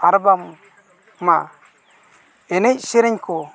ᱟᱨᱵᱟᱝ ᱢᱟ ᱮᱱᱮᱡᱼᱥᱮᱨᱮᱧ ᱠᱚ